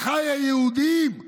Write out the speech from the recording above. אחיי היהודים,